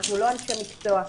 אנחנו לא אנשי מקצוע,